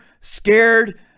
scared